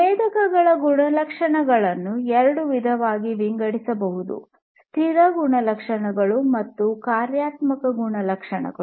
ಸಂವೇದಕಗಳ ಗುಣಲಕ್ಷಣಗಳನ್ನು ಎರಡು ವಿಧಗಳಾಗಿ ವಿಂಗಡಿಸಬಹುದು ಸ್ಥಿರ ಗುಣಲಕ್ಷಣಗಳು ಮತ್ತು ಕ್ರಿಯಾತ್ಮಕ ಗುಣಲಕ್ಷಣಗಳು